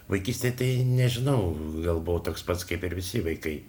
vaikystėje tai nežinau gal buvau toks pats kaip ir visi vaikai